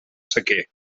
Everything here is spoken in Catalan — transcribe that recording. sequer